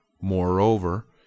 Moreover